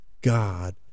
God